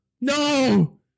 No